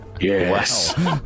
Yes